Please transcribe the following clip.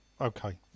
Okay